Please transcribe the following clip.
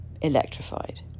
electrified